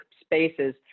spaces